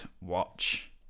watch